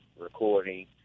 recording